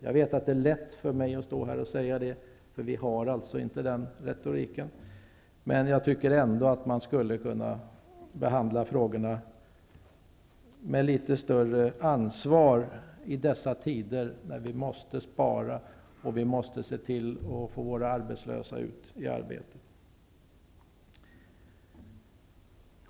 Jag vet att det är lätt för mig att stå här och säga det, eftersom vårt parti inte har den linjen. Jag tycker ändå att man skulle kunna behandla frågorna med litet större ansvar i dessa tider när vi måste spara och se till att få ut våra arbetslösa i arbete.